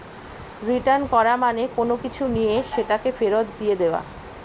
return করা মানে কোনো কিছু নিয়ে সেটাকে ফেরত দিয়ে দেওয়া